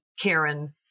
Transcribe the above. Karen